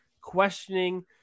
questioning